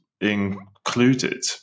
included